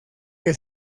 que